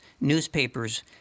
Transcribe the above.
newspapers